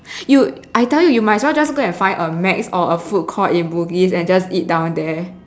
you I tell you you must as well just go and find a Mac's or a food court in Bugis and just eat down there